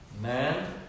Man